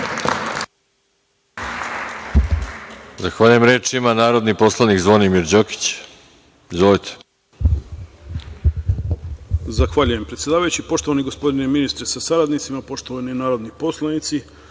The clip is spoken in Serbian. Zahvaljujem. Reč ima narodni poslanik Zvonimir Đokić. Izvolite.